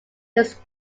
his